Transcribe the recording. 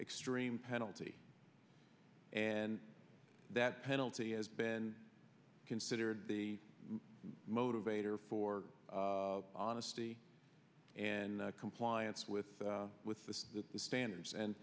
extreme penalty and that penalty has been considered the motivator for honesty and compliance with with the standards and